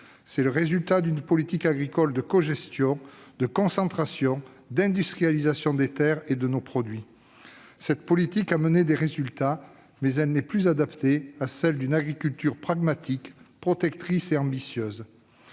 C'est le résultat d'une politique agricole de cogestion, de concentration, d'industrialisation des terres et de nos produits. Cette politique a donné des résultats, mais elle n'est plus adaptée à la nécessité d'une agriculture pragmatique, protectrice et ambitieuse.